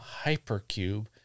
hypercube